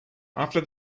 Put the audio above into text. after